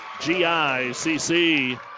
G-I-C-C